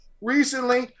Recently